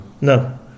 No